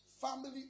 family